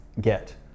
get